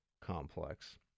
complex